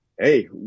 hey